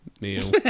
Neil